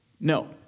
No